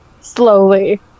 slowly